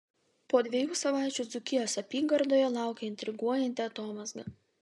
po dviejų savaičių dzūkijos apygardoje laukia intriguojanti atomazga